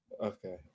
Okay